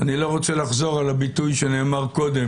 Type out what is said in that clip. אני לא רוצה לחזור על הביטוי שנאמר קודם